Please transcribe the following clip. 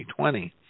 2020